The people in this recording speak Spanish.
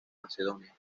macedonia